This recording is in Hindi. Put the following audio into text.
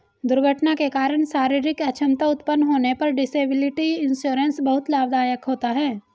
दुर्घटना के कारण शारीरिक अक्षमता उत्पन्न होने पर डिसेबिलिटी इंश्योरेंस बहुत लाभदायक होता है